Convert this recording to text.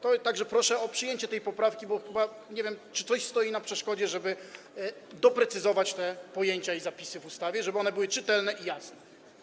Tak że proszę o przyjęcie tej poprawki, bo nie wiem, czy coś stoi na przeszkodzie, żeby doprecyzować te pojęcia i zapisy w ustawie, aby były one czytelne i jasne.